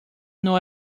know